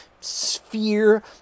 sphere